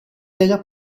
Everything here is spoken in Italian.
della